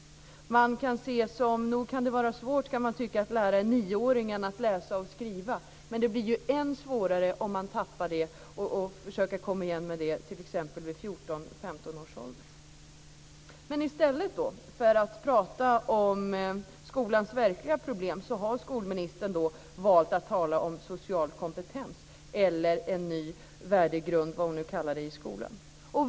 Man kan tycka att det är svårt att lära en nioåring att läsa och skriva, men det blir än svårare att lära eleverna det om de är 14-15 år. I stället för att prata om skolans verkliga problem har skolministern valt att tala om social kompetens eller en ny värdegrund i skolan - eller vad hon nu kallar det för.